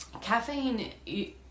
Caffeine